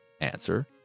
answer